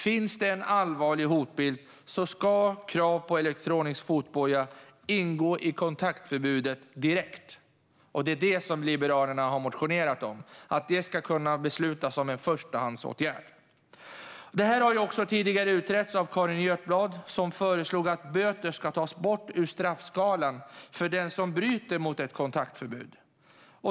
Om det finns en allvarlig hotbild ska krav på elektronisk fotboja ingå i kontaktförbudet direkt. Det är det som Liberalerna har motionerat om. Vi vill att detta ska kunna beslutas som en förstahandsåtgärd. Detta har tidigare utretts av Carin Götblad, som föreslog att böter ska tas bort ur straffskalan för den som bryter mot ett kontaktförbud.